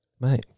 Mate